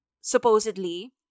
supposedly